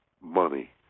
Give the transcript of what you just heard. money